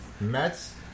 Mets